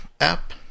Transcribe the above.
app